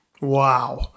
Wow